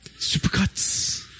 Supercuts